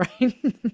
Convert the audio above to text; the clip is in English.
right